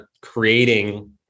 creating